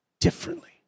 differently